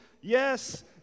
yes